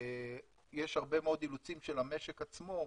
יש הרבה מאוד אילוצים של המשק עצמו,